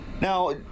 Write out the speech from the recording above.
Now